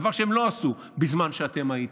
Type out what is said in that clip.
דבר שהם לא עשו בזמן שאתם הייתם.